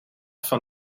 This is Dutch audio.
van